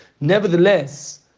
nevertheless